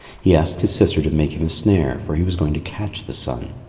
he asked his sister to make him a snare, for he was going to catch the sun.